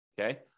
Okay